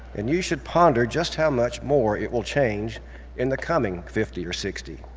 and you should ponder just how much more it will change in the coming fifty or sixty.